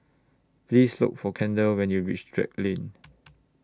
Please Look For Kendal when YOU REACH Drake Lane